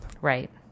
Right